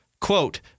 quote